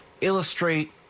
illustrate